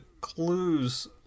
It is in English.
clues